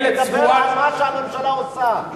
דבר על מה שהממשלה עושה.